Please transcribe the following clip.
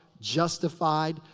justified.